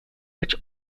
which